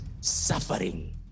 suffering